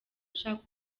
ashaka